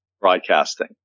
broadcasting